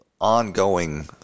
ongoing